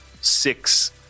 six